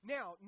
Now